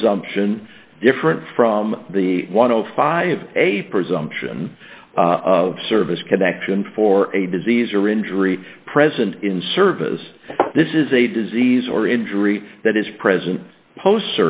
presumption different from the one o five a presumption of service connection for a disease or injury present in service this is a disease or injury that is present post